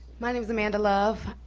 my name's amanda love.